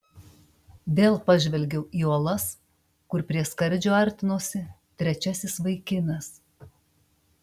vėl pažvelgiau į uolas kur prie skardžio artinosi trečiasis vaikinas